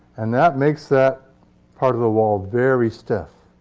and that makes that part of the wall very stiff.